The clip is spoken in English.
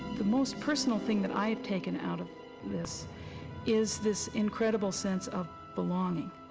the most personal thing that i have taken out of this is this incredible sense of belonging,